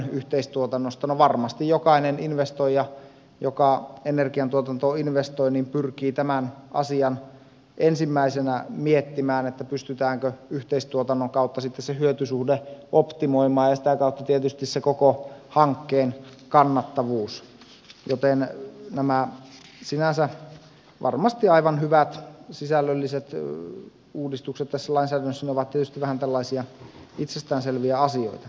no varmasti jokainen investoija joka energiantuotantoon investoi pyrkii tämän asian ensimmäisenä miettimään pystytäänkö yhteistuotannon kautta sitten se hyötysuhde optimoimaan ja sitä kautta tietysti se koko hankkeen kannattavuus joten nämä varmasti sinänsä aivan hyvät sisällölliset uudistukset tässä lainsäädännössä ovat tietysti vähän tällaisia itsestään selviä asioita